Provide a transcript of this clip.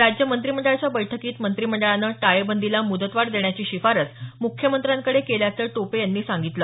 राज्य मंत्रिमंडळाच्या बैठकीत मंत्रिमंडळानं टाळेबंदीला मुदतवाढ देण्याची शिफारस मुख्यमंत्र्यांकडे केल्याचं टोपे यांनी सांगितलं